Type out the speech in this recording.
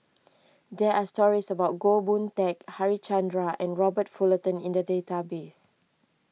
there are stories about Goh Boon Teck Harichandra and Robert Fullerton in the database